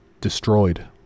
destroyed